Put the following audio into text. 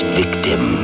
victim